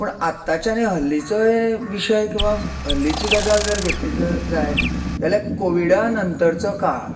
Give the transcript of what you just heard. पूण आत्ताच्यानी हल्लिचोय विशय किंवां हल्लिची गजाल जर घेतली जर जायत जाल्यार कोविडा नंतरचो काळ